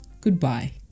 Goodbye